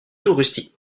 touristique